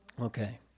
Okay